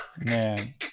man